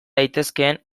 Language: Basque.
daitezkeen